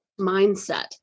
mindset